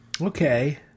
Okay